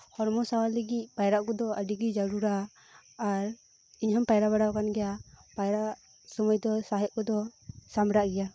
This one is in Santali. ᱦᱚᱲᱢᱚ ᱥᱟᱶᱟᱨ ᱞᱟᱹᱜᱤᱫ ᱯᱟᱭᱨᱟᱜ ᱠᱚᱫᱚ ᱟᱹᱰᱤᱜᱮ ᱡᱟᱹᱨᱩᱲᱟ ᱟᱨ ᱤᱧᱦᱚᱧ ᱯᱟᱣᱨᱟ ᱵᱟᱲᱟ ᱟᱠᱟᱱ ᱜᱮᱭᱟ ᱯᱟᱭᱨᱟᱜ ᱯᱟᱭᱨᱟᱜ ᱥᱩᱢᱟᱹᱭ ᱫᱚ ᱥᱟᱸᱦᱮᱫ ᱠᱚᱫᱚ ᱥᱟᱢᱲᱟᱜ ᱜᱮᱭᱟ